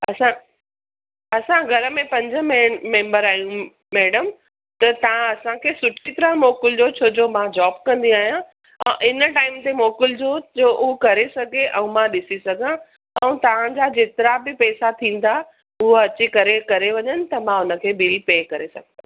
असां असां घर में पंज मे मेंबर आहियूं मैडम त तव्हां असांखे सुठी तरह मोकिलिजो छो त मां जॉब कंदी आहियां ऐं हिन टाइम ते मोकिलिजो जो उहो करे सघे ऐं मां ॾिसी सघां ऐं तव्हांजा जेतिरा बि पैसा थींदा उहो अची करे करे वञनि त मां उन्हनि खे बिल पे करे सघंदमि